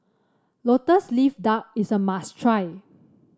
lotus leaf duck is a must try